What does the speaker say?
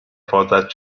حفاظت